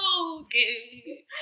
Okay